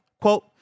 Quote